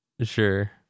Sure